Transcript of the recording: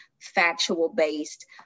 factual-based